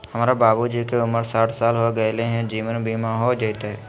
हमर बाबूजी के उमर साठ साल हो गैलई ह, जीवन बीमा हो जैतई?